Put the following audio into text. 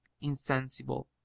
insensible